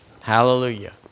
Hallelujah